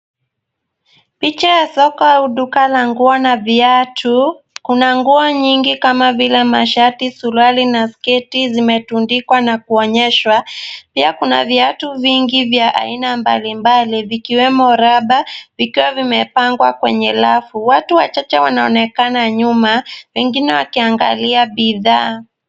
Picha ya soko au duka la nguo na viatu. Kuna nguo nyingi kama mashati, suruali na sketi zimetundikwa na kuonyeshwa. Pia kuna viatu vingi vya aina mbali mbali vikiwemo raba vikiwa vimepangwa kwenye rafu. Watu wachache wanaonekana nyuma wengine wakiangalia bidhaa.